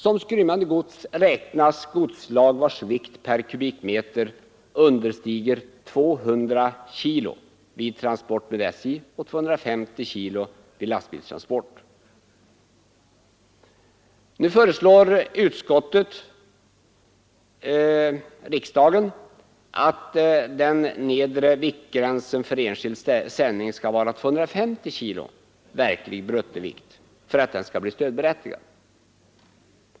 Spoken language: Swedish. Som skrymmande gods räknas godsslag vars vikt per kubikmeter understiger 200 kg vid transport med SJ och 250 kg vid lastbilstransport. Nu föreslår utskottet riksdagen att den nedre viktgränsen för enskild sändning skall vara 250 kg verklig bruttovikt för att transporten skall bli stödberättigad.